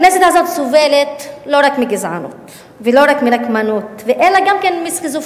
הכנסת הזאת סובלת לא רק מגזענות ולא רק מנקמנות אלא גם כן מסכיזופרניה.